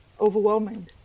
overwhelming